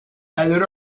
elle